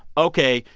ok,